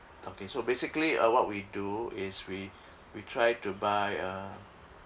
okay so basically uh what we do is we we try to buy a